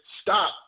stop